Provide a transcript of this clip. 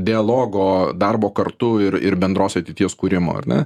dialogo darbo kartu ir ir bendros ateities kūrimo ar ne